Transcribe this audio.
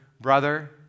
brother